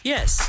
Yes